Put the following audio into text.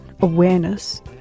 awareness